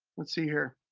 let's see here,